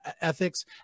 ethics